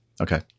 Okay